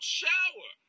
shower